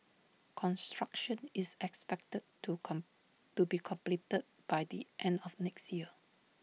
construction is expected to come to be completed by the end of next year